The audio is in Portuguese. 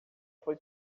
foi